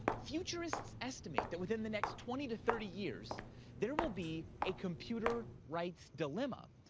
futurists estimate that within the next twenty to thirty years there will be a computer rights dilemma.